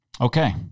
Okay